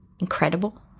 incredible